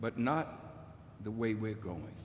but not the way we're going